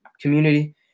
community